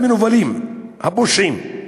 המנוולים, הפושעים,